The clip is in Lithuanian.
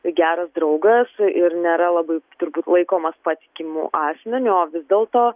geras draugas ir nėra labai turbūt laikomas patikimu asmeniu o vis dėlto